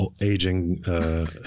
aging